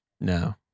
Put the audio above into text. No